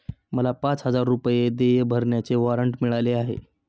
मला पाच हजार रुपये देय भरण्याचे वॉरंट मिळाले आहे